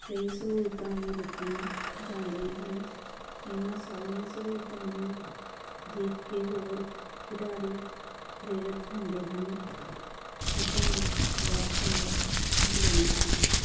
ਕਈ ਸਹੂਲਤਾਂ ਵੀ ਦਿੱਤੀਆਂ ਜਾਂਦੀਆਂ ਹਨ ਇਹਨਾਂ ਸਾਰੀਆਂ ਸਹੂਲਤਾਂ ਨੂੰ ਦੇਖ ਕੇ ਹੋਰ ਖਿਡਾਰੀ ਪ੍ਰੇਰਿਤ ਹੁੰਦੇ ਹਨ ਖੇਡਾਂ ਵਿੱਚ ਵੱਧ ਤੋਂ ਵੱਧ ਹਿੱਸਾ ਲੈਂਦੇ ਹਨ